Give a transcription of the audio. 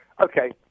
okay